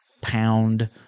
pound